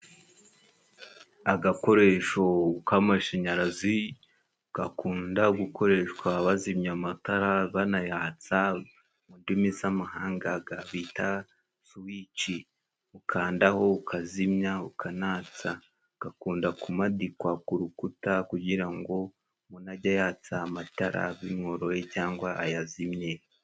Agakoresho k'amashanyarazi gakunda gukoreshwa bazimya amatara banayatsa. Mu ndimi z'amahanga gabita swici. Ukandaho ukazimya, ukanatsa. Gakunda kumadikwa ku rukuta kugira ngo umuntu ajye yatsa amatara bimworoye cyangwa ayazimye.